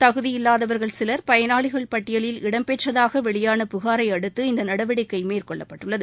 தகுதியில்லாதவர்கள் சிலர் பயனாளிகள் பட்டியலில் இடம்பெற்றதாக வெளியான புகாரை அடுத்து இந்த நடவடிக்கை மேற்கொள்ளப்பட்டுள்ளது